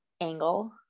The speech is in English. angle